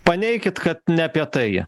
paneikit kad ne apie tai